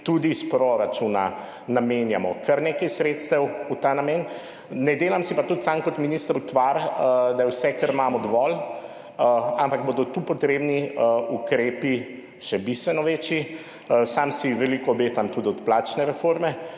tudi iz proračuna namenjamo kar nekaj sredstev v ta namen, ne delam si pa tudi sam kot minister utvar, da je vse kar imamo, dovolj, ampak bodo tu potrebni ukrepi še bistveno večji. Sam si veliko obetam tudi od plačne reforme.